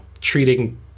treating